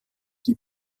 die